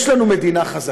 יש לנו מדינה חזקה,